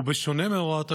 ובשונה מהוראת השעה,